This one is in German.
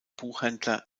buchhändler